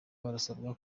barasabwa